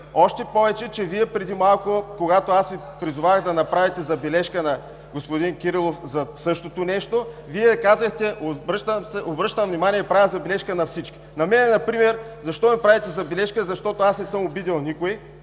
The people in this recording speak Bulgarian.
още повече че преди малко, когато аз Ви призовах да направите забележка на господин Кирилов за същото нещо, Вие казахте: „Обръщам внимание и правя забележка на всички“. На мен например защо ми правите забележка? Аз не съм обидил никого.